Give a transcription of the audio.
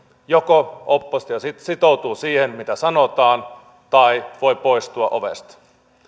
joko oppositio sitoutuu siihen mitä sanotaan tai voi poistua ovesta